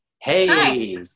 Hey